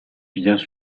viens